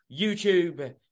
YouTube